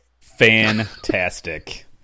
fantastic